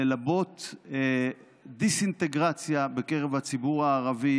ללבות דיס-אינטגרציה בקרב הציבור הערבי